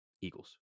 Eagles